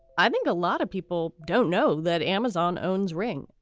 i think a lot of people don't know that amazon owns ring.